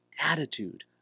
attitude